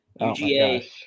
UGA